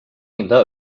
illa